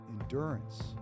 endurance